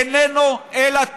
איננו אלא טועה.